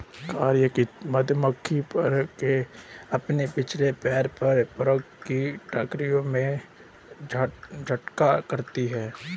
कार्यकर्ता मधुमक्खियां पराग को अपने पिछले पैरों पर पराग की टोकरियों में इकट्ठा करती हैं